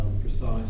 precise